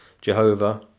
Jehovah